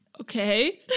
Okay